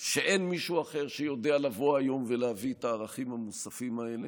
שאין מישהו אחר שיודע לבוא היום ולהביא את הערכים המוספים האלה,